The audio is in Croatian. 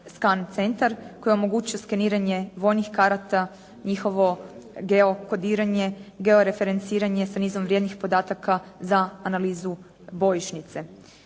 SKAN centar koji je omogućio skeniranje vojnih karata, njihovo geo kodiranje, geo referenciranje sa nizom vrijednih podataka za analizu bojišnice.